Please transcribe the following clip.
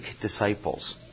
disciples